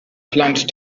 plant